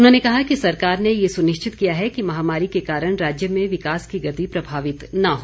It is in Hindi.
उन्होंने कहा कि सरकार ने ये सुनिश्चित किया है कि महामारी के कारण राज्य में विकास की गति प्रभावित न हो